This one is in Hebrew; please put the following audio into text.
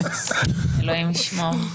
אלוהים ישמור.